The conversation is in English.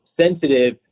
sensitive